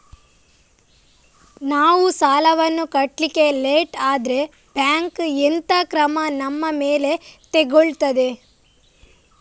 ನಾವು ಸಾಲ ವನ್ನು ಕಟ್ಲಿಕ್ಕೆ ಲೇಟ್ ಆದ್ರೆ ಬ್ಯಾಂಕ್ ಎಂತ ಕ್ರಮ ನಮ್ಮ ಮೇಲೆ ತೆಗೊಳ್ತಾದೆ?